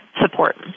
support